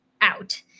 out